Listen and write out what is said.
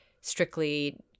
strictly